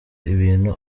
ibintu